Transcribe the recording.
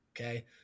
Okay